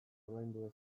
ordaindu